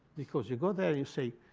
because you go there. you say,